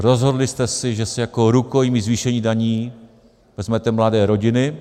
Rozhodli jste se, že si jako rukojmí zvýšení daní vezmete mladé rodiny.